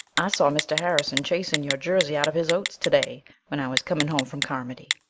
i saw mr. harrison chasing your jersey out of his oats today when i was coming home from carmody.